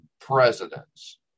presidents